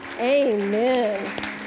amen